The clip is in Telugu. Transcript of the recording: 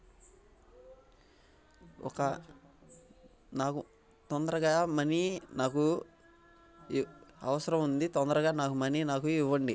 ఒక నాకు తొందరగా మనీ నాకు అవసరం ఉంది తొందరగా మనీ నాకు ఇవ్వండి